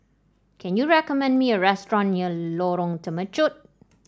can you recommend me a restaurant near Lorong Temechut